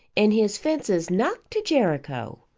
and his fences knocked to jericho.